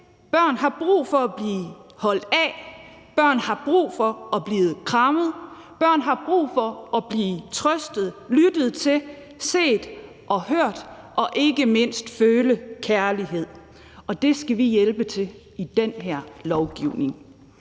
Børn har brug for at blive holdt af. Børn har brug for at blive krammet. Børn har brug for at blive trøstet, lyttet til, set og hørt og ikke mindst føle kærlighed. Og det skal vi hjælpe med til med den her lovgivning.